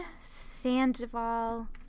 Sandoval